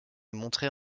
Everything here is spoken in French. montrait